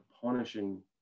punishing